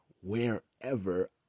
wherever